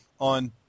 on